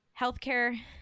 healthcare